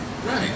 Right